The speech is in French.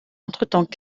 entretemps